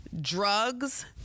drugs